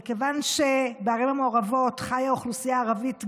וכיוון שבערים המעורבות חיה אוכלוסייה ערבית גדולה,